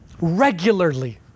regularly